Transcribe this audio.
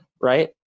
right